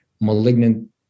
malignant